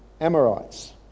Amorites